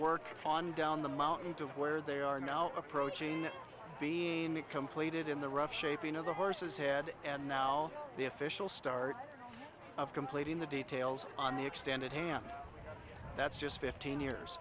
work on down the mountain to where they are now approaching being completed in the rough shaping of the horse's head and now the official start of completing the details on the extended hand that's just fifteen years